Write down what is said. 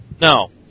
No